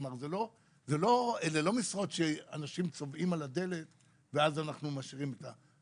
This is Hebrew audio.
אלה לא משרות שאנשים צובאים על הדלת ואז אנחנו משאירים אותם,